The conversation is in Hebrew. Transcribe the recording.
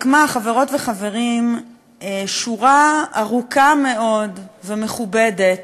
רק מה, חברות וחברים, שורה ארוכה מאוד ומכובדת,